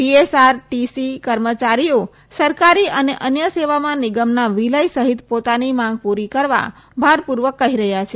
TSRTC કર્મચારીઓ સરકારી અને અન્ય સેવામાં નિગમના વિલય સહિત પોતાની માંગ પૂરી કરવા ભારપૂર્વક કહી રહ્યા છે